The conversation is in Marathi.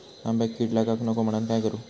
आंब्यक कीड लागाक नको म्हनान काय करू?